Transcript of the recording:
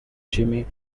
jimmy